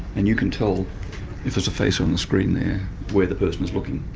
and you can tell if it's a face on the screen there where the person is looking.